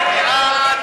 להצביע.